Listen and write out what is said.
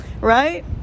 right